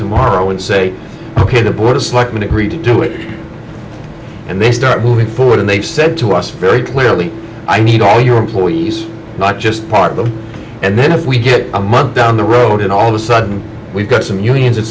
tomorrow and say ok the board of selectmen agreed to do it and they start moving forward and they said to us very clearly i need all your employees not just part of them and then if we get a my down the road and all of a sudden we've got some unions and